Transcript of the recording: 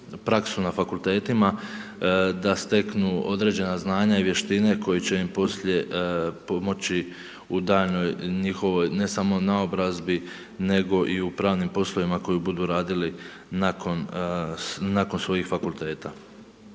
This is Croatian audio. praksu na fakultetima da steknu određena znanja i vještine koji će im poslije pomoći u daljnjoj njihovoj ne samo naobrazbi nego i u pravnim poslovima koje budu radili nakon svojih fakulteta.